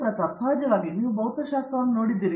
ಪ್ರತಾಪ್ ಹರಿಡೋಸ್ ಸರಿ ಸಹಜವಾಗಿ ನೀವು ಭೌತಶಾಸ್ತ್ರವನ್ನು ನೋಡುತ್ತೀರಿ